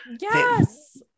Yes